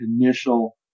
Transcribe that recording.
initial